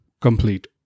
complete